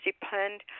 depend